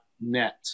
net